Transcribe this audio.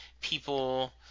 people